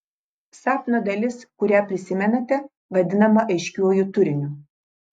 sapno dalis kurią prisimenate vadinama aiškiuoju turiniu